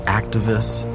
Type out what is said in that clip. activists